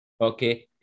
okay